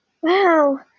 Wow